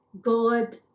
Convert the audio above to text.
God